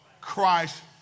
Christ